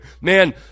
Man